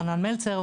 חנן מלצר,